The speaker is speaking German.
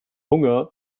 hunger